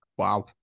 wow